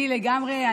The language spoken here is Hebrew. לגמרי.